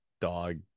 dog